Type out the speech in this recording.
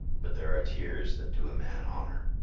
but there are tears that do a man honor.